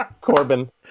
corbin